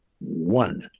one